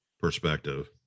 perspective